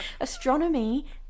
Astronomy